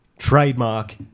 Trademark